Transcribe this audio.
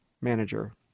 manager